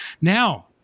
Now